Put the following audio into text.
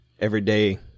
everyday